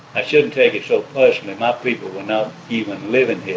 i shouldn't take it so personally. my people were not even living here